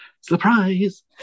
surprise